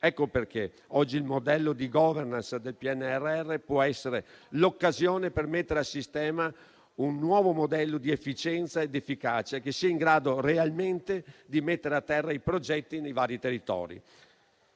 Per questo oggi il modello di *governance* del PNRR può essere l'occasione per mettere a sistema un nuovo modello di efficienza ed efficacia che sia realmente in grado di mettere a terra i progetti nei vari territori.